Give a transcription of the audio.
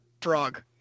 Frog